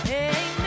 Hey